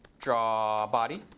draw body.